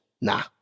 Nah